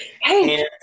Hey